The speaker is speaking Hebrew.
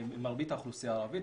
מרבית האוכלוסייה הערבית,